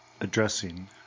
addressing